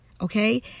okay